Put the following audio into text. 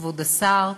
כבוד השר,